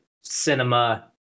cinema